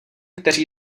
kteří